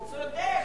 צודק.